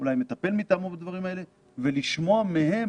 ולשמוע מהם